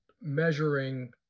measuring